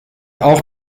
auch